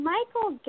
Michael